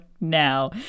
now